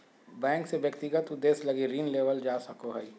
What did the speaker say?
bank से व्यक्तिगत उद्देश्य लगी ऋण लेवल जा सको हइ